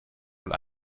wohl